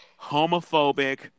homophobic